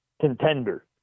contender